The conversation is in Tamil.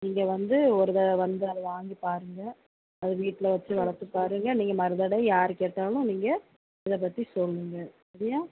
நீங்கள் வந்து ஒரு தடவ வந்து அதை வாங்கி பாருங்கள் அதை வீட்டில் வச்சு வளர்த்து பாருங்கள் நீங்கள் மருதட யார் கேட்டாலும் நீங்கள் இதை பற்றி சொல்லுங்கள் ஓகேயா